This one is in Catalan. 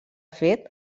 fet